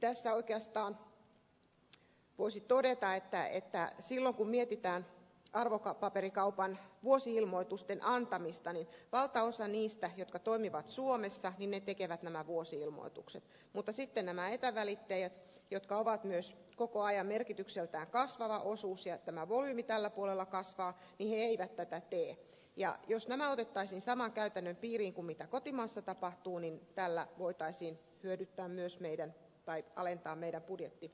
tässä oikeastaan voisi todeta että silloin kun mietitään arvopaperikaupan vuosi ilmoitusten antamista niin valtaosa niistä jotka toimivat suomessa tekevät nämä vuosi ilmoitukset mutta sitten nämä etävälittäjät jotka ovat myös koko ajan merkitykseltään kasvava osuus ja vaikka tämä volyymi tällä puolella kasvaa eivät tätä tee ja jos nämä otettaisiin saman käytännön piiriin kuin kotimaassa niin tällä voitaisiin alentaa myös meidän budjettivajettamme